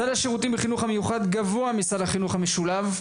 סל השירותים בחינוך המיוחד גבוה מסל החינוך המשולב.